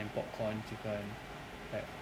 and popcorn chicken like